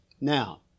Now